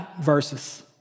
verses